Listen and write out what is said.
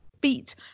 beat